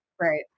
Right